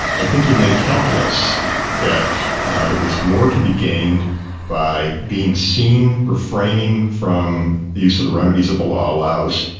i think he made a calculus that there was more to be gained by being seen, refraining from the use that the remedies that the law allows,